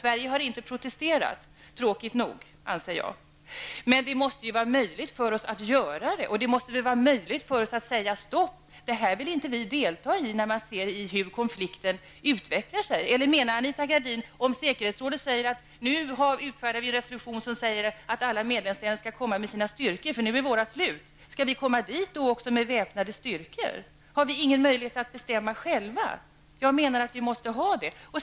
Sverige har inte protesterat, tråkigt nog, anser jag. Men det måste vara möjligt för oss att göra det. Det måste vara möjligt för oss att säga stopp, det här vill vi inte delta i, när vi ser hur konflikten utvecklar sig. Menar Anita Gradin att vi -- om säkerhetsrådet nu säger att det måste utfärdas en resolution om att alla medlemsländer skall ställa upp med sina styrkor, eftersom de nuvarande styrkorna är slut -- skall komma till Gulfen med väpnade styrkor? Har vi ingen möjlighet att bestämma själva? Jag menar att vi måste ha det.